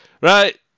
right